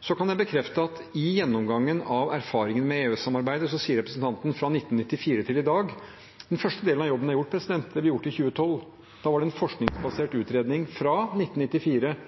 Så kan jeg bekrefte at i gjennomgangen av erfaringen med EØS-samarbeidet fra 1994 til i dag, som representanten sier, er den første delen av jobben gjort. Det ble gjort i 2012. Da var det en forskningsbasert utredning, fra 1994